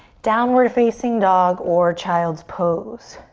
downward facing dog or child's pose.